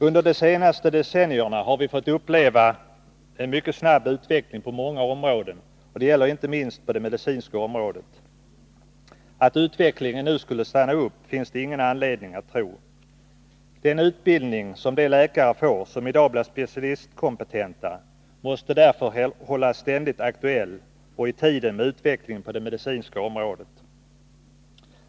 Under de senaste decennierna har vi fått uppleva en mycket snabb utveckling på många områden, och det gäller inte minst på det medicinska området. Att utvecklingen nu skulle stanna upp finns det ingen anledning att tro. Den utbildning som de läkare får som i dag blir specialistkompetenta måste därför ständigt hållas aktuell och i tiden med utvecklingen på det medicinska området.